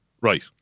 Right